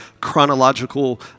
chronological